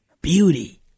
beauty